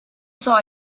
saw